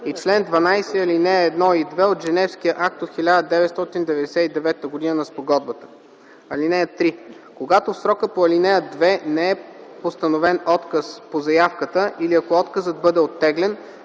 и чл. 12, ал. 1 и 2 от Женевския акт от 1999 г. на спогодбата. (3) Когато в срока по ал. 2 не е постановен отказ по заявката или ако отказът бъде оттеглен,